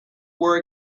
were